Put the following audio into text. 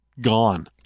gone